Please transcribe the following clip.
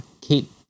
keep